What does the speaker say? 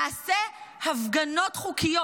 נעשה הפגנות חוקיות.